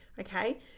Okay